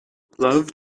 love